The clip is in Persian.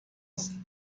است